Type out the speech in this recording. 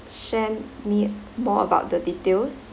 share me more about the details